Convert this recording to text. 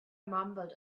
mumbled